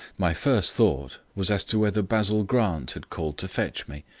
my first thought was as to whether basil grant had called to fetch me.